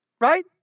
right